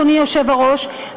אדוני היושב-ראש,